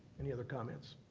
any other comments?